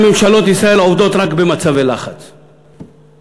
ממשלות ישראל עובדות רק במצבי לחץ ובאילוצים,